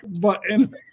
button